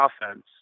offense